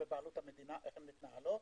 שבבעלות המדינה, איך מתנהלות.